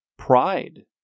Pride